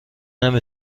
نمی